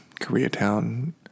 Koreatown